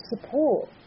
support